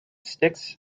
sticks